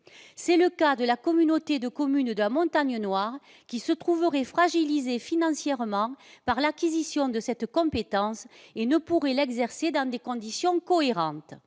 C'est le cas de la communauté de communes de la Montagne noire, qui se trouverait fragilisée financièrement par l'acquisition de cette compétence et ne pourrait l'exercer dans des conditions cohérentes.